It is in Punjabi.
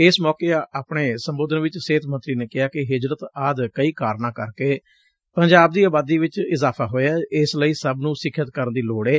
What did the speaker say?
ਇਸ ਮੌਕੇ ਆਪਣੇ ਸੰਬੋਧਨ ਚ ਸਿਹਤ ਮੰਤਰੀ ਨੇ ਕਿਹਾ ਕਿ ਹਿਜਰਤ ਆਦਿ ਕਈ ਕਾਰਨਾਂ ਕਰਕੇ ਪੰਜਾਬ ਦੀ ਆਬਾਦੀ ਚ ਇਜ਼ਾਫਾ ਹੋਇਐ ਇਸ ਲਈ ਸਭ ਨੂੰ ਸਿਖਿਅਤ ਕਰਨ ਦੀ ਲੋੜ ਏ